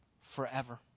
forever